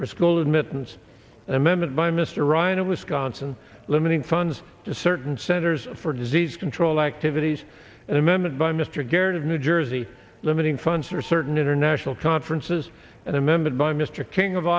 for school admittance an amendment by mr ryan of wisconsin limiting funds to certain centers for disease control activities an amendment by mr garrett of new jersey limiting funds or certain international conferences and remembered by mr king of